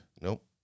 Nope